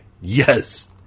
Yes